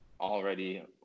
already